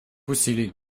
усилий